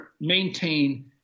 maintain